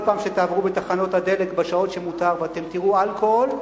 כל פעם שתעברו בתחנות הדלק בשעות שמותר ואתם תראו אלכוהול,